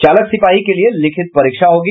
चालक सिपाही के लिये लिखित परीक्षा होगी